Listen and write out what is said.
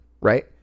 right